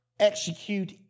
execute